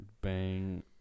bang